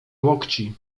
łokci